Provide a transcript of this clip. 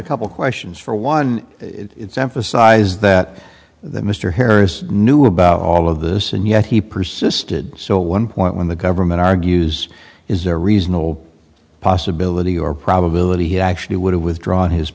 a couple questions for one it's emphasise that the mr harris knew about all of this and yet he persisted so one point when the government argues is a reasonable possibility or probability he actually would have withdrawn his